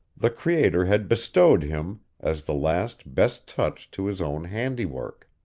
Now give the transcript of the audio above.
the creator had bestowed him, as the last best touch to his own handiwork.